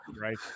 right